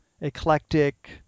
eclectic